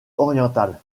oriental